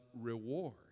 reward